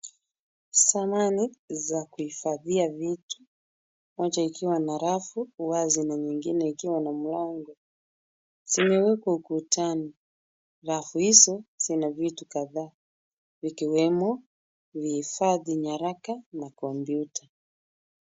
Samani, za kuhifadhia vitu. Moja ikiwa na rafu wazi na nyingine ikiwa na mlango. Zimewekwa ukutani. Rafu hizo zina vitu kadhaa, vikiwemo vihifadhi nyaraka na kompyuta.